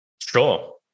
Sure